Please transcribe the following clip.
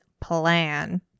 plan